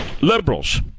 liberals